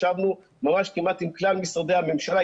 ישבנו כמעט עם כלל משרדי הממשלה,